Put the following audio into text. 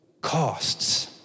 costs